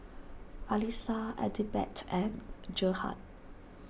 Alissa Adelbert and Gerhard